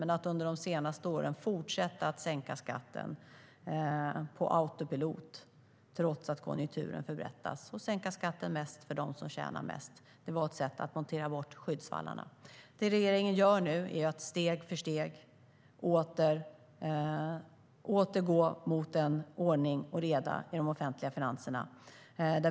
Men under de senaste åren fortsatte man att sänka skatten med autopilot trots att konjunkturen förbättrades, och man sänkte skatten mest för dem som tjänar mest. Det var ett sätt att montera bort skyddsvallarna. Det regeringen gör nu är att steg för steg åter gå mot ordning och reda i de offentliga finanserna.